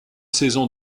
saison